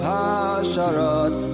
Hasharat